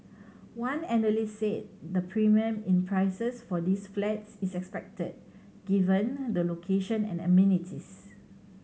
one analyst said the premium in prices for these flats is expected given the location and amenities